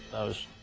i was